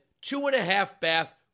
two-and-a-half-bath